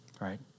right